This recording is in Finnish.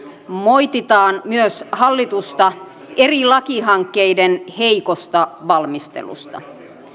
moititaan myös hallitusta eri lakihankkeiden heikosta valmistelusta